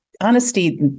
Honesty